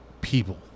people